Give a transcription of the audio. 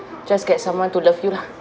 just get someone to love you lah